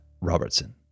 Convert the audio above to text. Robertson